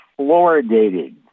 fluoridated